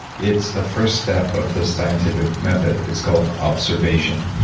it's the first step of the scientific method it's called observation.